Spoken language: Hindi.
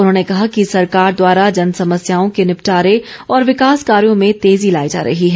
उन्होंने कहा कि सरकार द्वारा जनसमस्याओ के निपटारे और विकास कार्यों में तेजी लाई जा रही है